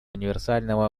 универсального